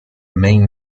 main